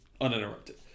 uninterrupted